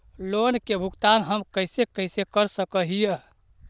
Loan के भुगतान हम कैसे कैसे कर सक हिय?